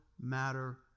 matter